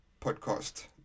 Podcast